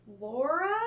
Laura